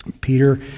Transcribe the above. Peter